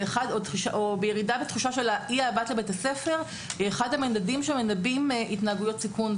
- היא אחד המדדים שמנבאים התנהגויות סיכון.